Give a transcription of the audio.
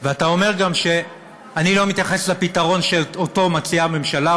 ואתה אומר גם שאני לא מתייחס לפתרון שאותו מציעה הממשלה,